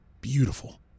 Beautiful